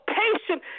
patient